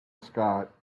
scott